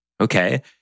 Okay